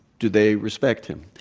do they respect him?